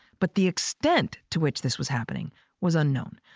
but the extent to which this was happening was unknown.